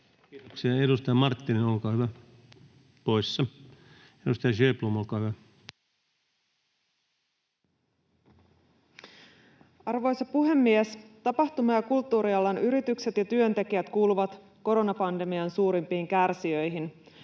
Kiitoksia. — Edustaja Marttinen, olkaa hyvä — poissa. — Edustaja Sjöblom, olkaa hyvä. Arvoisa puhemies! Tapahtuma‑ ja kulttuurialan yritykset ja työntekijät kuuluvat koronapandemian suurimpiin kärsijöihin.